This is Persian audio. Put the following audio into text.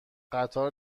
قطار